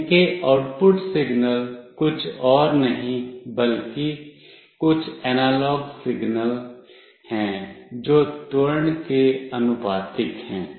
इन के output signal कुछ और नहीं बल्कि कुछ एनालॉग सिग्नल हैं जो त्वरण के आनुपातिक हैं